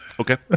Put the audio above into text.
Okay